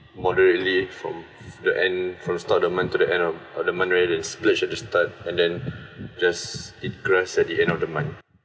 moderately from the end from start of month to the end of uh the month rather than splurge at the start and then just eat grass at the end of the month